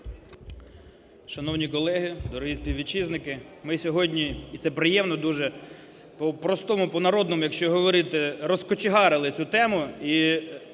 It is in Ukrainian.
Шановні колеги, дорогі співвітчизники! Ми сьогодні, і це приємно дуже, по-простому, по-народному якщо говорити, розкочегарили цю тему